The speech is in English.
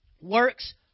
works